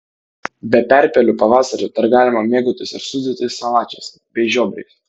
be perpelių pavasarį dar galima mėgautis ir sūdytais salačiais bei žiobriais